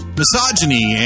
misogyny